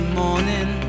morning